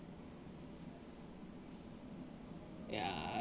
ya